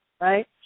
right